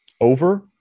over